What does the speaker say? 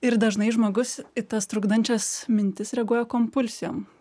ir dažnai žmogus į tas trukdančias mintis reaguoja kompulsijom